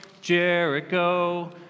Jericho